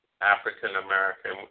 African-American